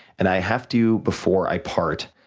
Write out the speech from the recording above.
and, i have to, before i part,